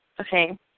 Okay